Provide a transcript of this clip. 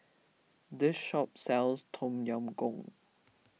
this shop sells Tom Yam Goong